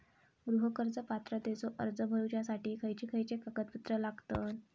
गृह कर्ज पात्रतेचो अर्ज भरुच्यासाठी खयचे खयचे कागदपत्र लागतत?